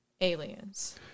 aliens